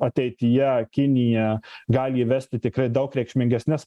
ateityje kinija gali įvesti tikrai daug reikšmingesnes